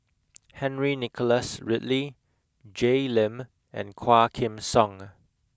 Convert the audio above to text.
Henry Nicholas Ridley Jay Lim and Quah Kim Song